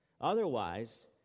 Otherwise